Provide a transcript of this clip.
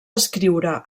escriure